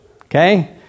okay